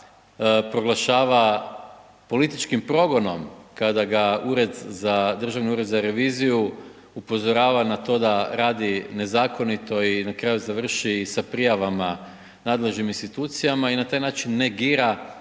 iz HDZ-a proglašava političkim progonom, kada ga ured za, Državni ured za reviziju upozorava na to da radi nezakonito i na kraju završi sa prijavama nadležnim institucijama i na taj način negira uopće